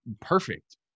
perfect